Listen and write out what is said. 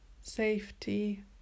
safety